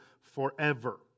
forever